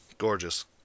Gorgeous